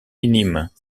minimes